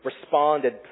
responded